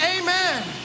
amen